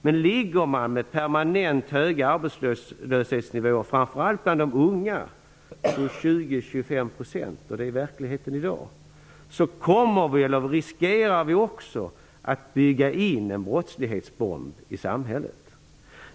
Men har man en permanent hög arbetslöshetsnivå, framför allt för de unga, på 20--25 %-- och det är verkligheten i dag -- riskerar man också att bygga in en brottslighetsbomb i samhället.